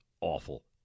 awful